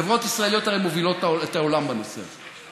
חברות ישראליות הרי מובילות את העולם בנושא הזה.